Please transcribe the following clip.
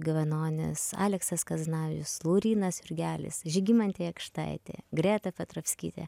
gavenonis aleksas kazanavičius laurynas jurgelis žygimantė jakštaitė greta petrovskytė